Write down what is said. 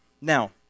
Now